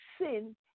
sin